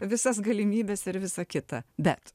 visas galimybes ir visa kita bet